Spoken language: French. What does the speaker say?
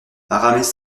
aramis